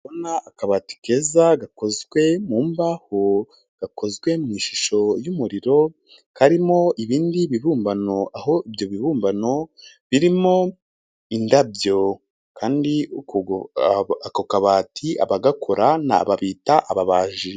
Akabati keza gakozwe mu mbaho gakozwe mu ishusho y'umuriro karimo ibindi bibumbano aho ibyo bibumbano birimo indabyo kandi ako kabati abagakora babita ababaji.